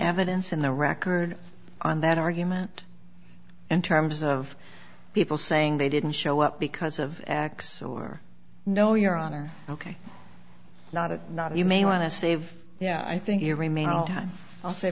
evidence in the record on that argument in terms of people saying they didn't show up because of x or no your honor ok not if not you may want to save yeah i think your remaining time i'll sa